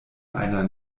einer